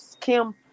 Kim